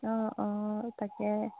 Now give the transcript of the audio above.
অঁ অঁ তাকে